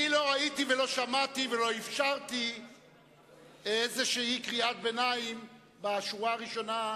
אני לא ראיתי ולא שמעתי ולא אפשרתי איזושהי קריאת ביניים בשורה הראשונה,